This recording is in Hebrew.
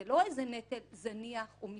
זה לא איזה נטל זניח או מזערי.